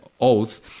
oath